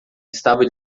estava